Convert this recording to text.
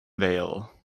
vale